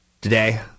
Today